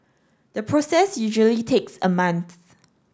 the process usually takes a month